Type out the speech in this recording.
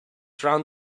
drown